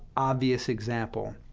obvious example,